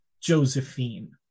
Josephine